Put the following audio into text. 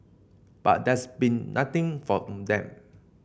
but there's been nothing from them